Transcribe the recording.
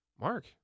Mark